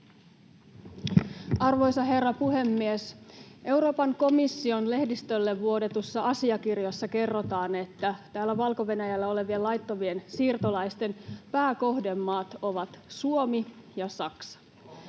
Arvoisa herra puhemies! Euroopan komission lehdistölle vuodetussa asiakirjassa kerrotaan, että Valko-Venäjällä olevien laittomien siirtolaisten pääkohdemaat ovat Suomi ja Saksa.